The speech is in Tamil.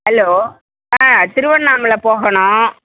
ஹலோ ஆ திருவண்ணாமலை போகணும்